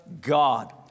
God